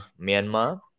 Myanmar